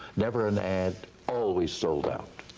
never an ad, always sold out.